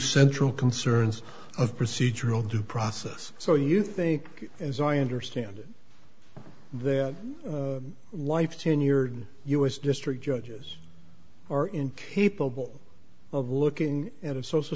central concerns of procedural due process so you think as i understand it that life tenure us district judges are incapable of looking at a social